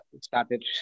started